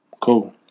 Cool